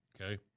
Okay